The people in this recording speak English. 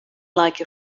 like